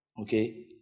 okay